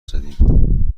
زدیم